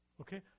Okay